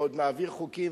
ועוד מעביר חוקים,